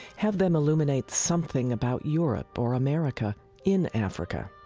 have them illuminate something about europe or america in africa.